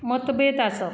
मतभेद आसप